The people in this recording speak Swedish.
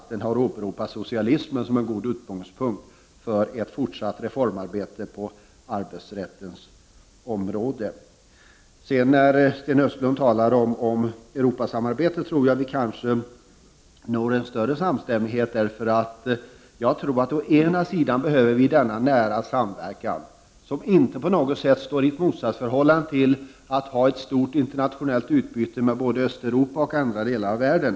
De har inte åberopat socialismen som en god utgångspunkt för ett fortsatt reformarbete på arbetsrättens område. Sedan talade Sten Östlund om Europasamarbetet, och där tror jag att vi kan nå fram till en större samstämmighet. Å ena sidan behöver Sverige denna nära samverkan, som inte på något sätt står i motsatsförhållande till ett stort utbyte med både Östeuropa och andra delar av världen.